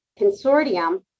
consortium